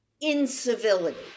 incivility